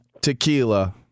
tequila